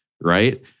right